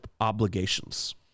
obligations